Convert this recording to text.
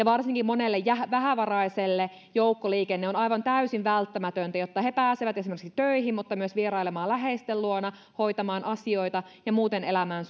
varsinkin monelle vähävaraiselle joukkoliikenne on aivan täysin välttämätöntä jotta he pääsevät esimerkiksi töihin mutta myös vierailemaan läheisten luona hoitamaan asioita ja muuten elämään